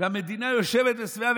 והמדינה יושבת שבעה,